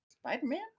Spider-Man